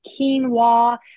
quinoa